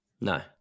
No